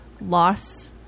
loss